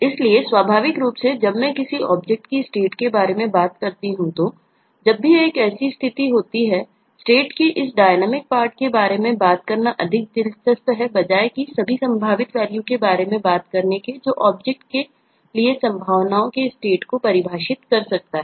इसलिए स्वाभाविक रूप से जब मैं किसी ऑब्जेक्ट को परिभाषित कर सकता है